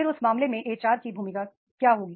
फिर उस मामले में एच आर की भूमिका क्या होगी